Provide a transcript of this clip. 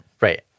Right